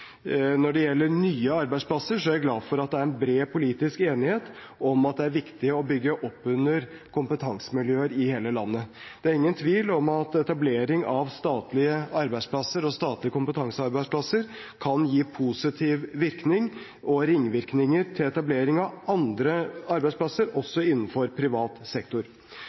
Når det gjelder nye arbeidsplasser, er jeg glad for at det er en bred politisk enighet om at det er viktig å bygge opp under kompetansemiljøer i hele landet. Det er ingen tvil om at etablering av statlige arbeidsplasser og statlige kompetansearbeidsplasser kan gi positiv virkning og ringvirkninger til etablering av andre arbeidsplasser også innenfor privat sektor.